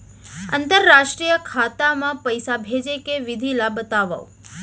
अंतरराष्ट्रीय खाता मा पइसा भेजे के विधि ला बतावव?